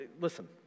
listen